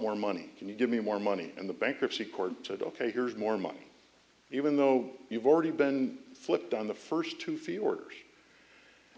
more money can you give me more money and the bankruptcy court said ok here's more money even though you've already been flipped on the first two feet order